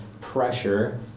pressure